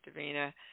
Davina